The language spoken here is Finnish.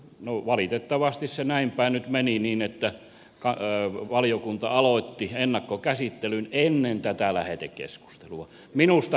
no valitettavasti se näinpäin nyt meni että valiokunta aloitti ennakkokäsittelyn ennen tätä lähetekeskustelua minusta riippumattomista syistä